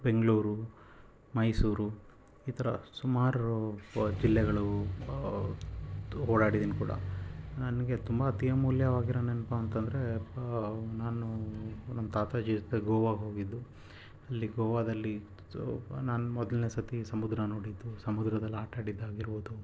ಬೆಂಗಳೂರು ಮೈಸೂರು ಈ ಥರ ಸುಮಾರು ಜಿಲ್ಲೆಗಳು ತು ಓಡಾಡಿದೀನಿ ಕೂಡ ನನಗೆ ತುಂಬ ಅತಿ ಅಮೂಲ್ಯವಾಗಿರೋ ನೆನಪು ಅಂತಂದರೆ ನಾನು ನಮ್ಮ ತಾತ ಅಜ್ಜಿ ಜೊತೆ ಗೋವಾಗೆ ಹೋಗಿದ್ದು ಅಲ್ಲಿ ಗೋವಾದಲ್ಲಿ ಸೊ ನಾನು ಮೊದಲ್ನೇ ಸರ್ತಿ ಸಮುದ್ರ ನೋಡಿದ್ದು ಸಮುದ್ರದಲ್ಲಿ ಆಟ ಆಡಿದ್ದಾಗಿರ್ಬೋದು